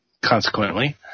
Consequently